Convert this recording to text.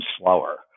slower